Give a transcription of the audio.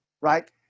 right